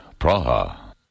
Praha